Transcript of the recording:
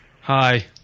Hi